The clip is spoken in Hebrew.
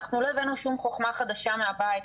אנחנו לא הבאנו שום חוכמה חדשה מהבית.